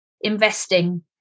investing